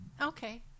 Okay